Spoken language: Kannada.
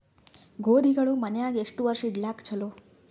ಗೋಧಿಗಳು ಮನ್ಯಾಗ ಎಷ್ಟು ವರ್ಷ ಇಡಲಾಕ ಚಲೋ?